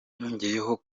yongeyeho